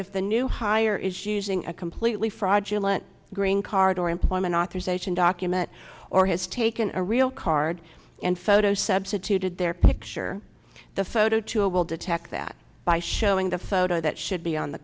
if the new hire is using a completely fraudulent green card or employment authorization document or has taken a real card and photo substituted their picture the photo to a will detect that by showing the photo that should be on the